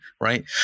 right